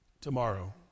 Tomorrow